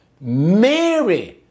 Mary